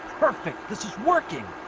perfect this is working.